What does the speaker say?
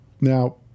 Now